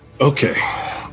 Okay